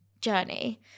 journey